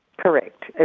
correct,